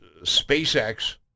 SpaceX